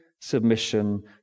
submission